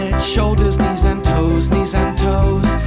shoulders, knees and toes. knees and toes.